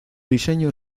diseño